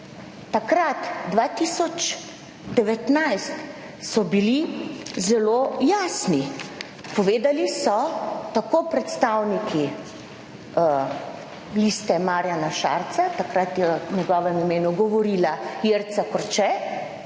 leta 2019, so bili zelo jasni, povedali so - tako predstavniki Liste Marjana Šarca, takrat je v njegovem imenu govorila Jerca Korče